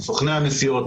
סוכני הנסיעות,